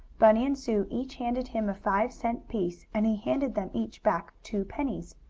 bunny and sue each handed him a five cent piece, and he handed them each back two pennies.